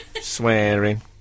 swearing